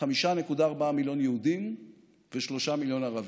חמישה מיליון ו-400,000 יהודים ושלושה מיליון ערבים.